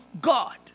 God